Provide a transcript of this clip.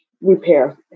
repair